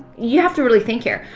you have to really think here.